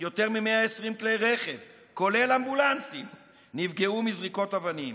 יותר מ-120 כלי רכב כולל אמבולנסים נפגעו מזריקות אבנים,